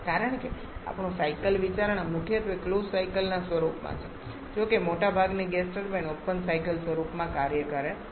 કારણ કે આપણું સાયકલ વિચારણા મુખ્યત્વે ક્લોઝ સાયકલના સ્વરૂપમાં છે જોકે મોટાભાગની ગેસ ટર્બાઇન ઓપન સાયકલ સ્વરૂપમાં કાર્ય કરે છે